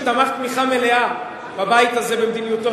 מי שתמך תמיכה מלאה בבית הזה במדיניותו